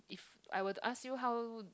I will ask you how